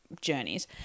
journeys